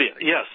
yes